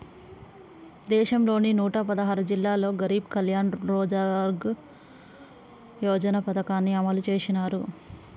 దేశంలోని నూట పదహారు జిల్లాల్లో గరీబ్ కళ్యాణ్ రోజ్గార్ యోజన పథకాన్ని అమలు చేసినారు